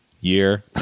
year